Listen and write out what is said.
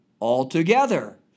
altogether